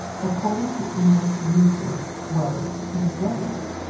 according to english usage, was his grace,